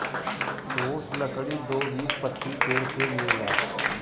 ठोस लकड़ी द्विबीजपत्री पेड़ से मिलेला